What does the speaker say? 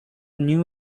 new